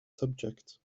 subject